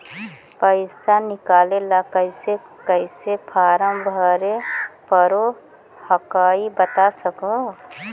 पैसा निकले ला कैसे कैसे फॉर्मा भरे परो हकाई बता सकनुह?